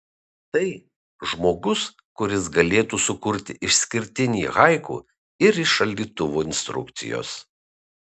tai žmogus kuris galėtų sukurti išskirtinį haiku ir iš šaldytuvo instrukcijos